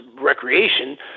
recreation